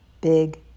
big